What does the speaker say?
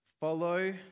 Follow